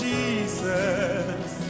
Jesus